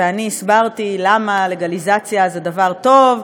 ואני הסברתי למה לגליזציה זה דבר טוב,